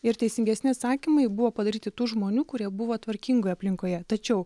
ir teisingesni atsakymai buvo padaryti tų žmonių kurie buvo tvarkingoje aplinkoje tačiau